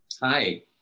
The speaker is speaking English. Hi